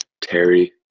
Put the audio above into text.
Terry